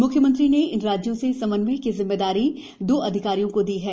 म्ख्यमंत्री ने इऩ राज्यों से समन्वय की जिम्मेदारी दो अधिकारियों को दी है